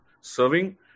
serving